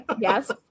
Yes